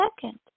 second